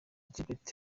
gilbert